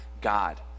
God